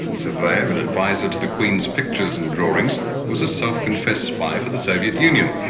surveyor and adviser to the queen's pictures and drawings was a self-confessed spy for the soviet union.